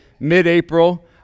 mid-April